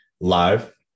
live